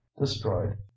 destroyed